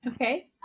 Okay